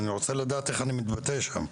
אני רוצה לדעת איך אני מתבטא שם.